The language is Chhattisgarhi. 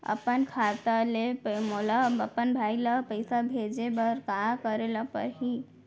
अपन खाता ले मोला अपन भाई ल पइसा भेजे बर का करे ल परही?